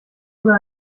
oder